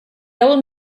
old